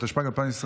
התשפ"ג 2023,